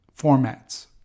formats